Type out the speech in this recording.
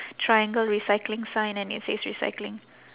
triangle recycling sign and it says recycling